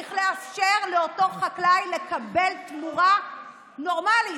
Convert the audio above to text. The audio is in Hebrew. צריך לאפשר לאותו חקלאי לקבל תמורה נורמלית,